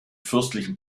fürstlichen